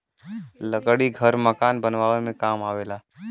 लकड़ी घर मकान बनावे में काम आवेला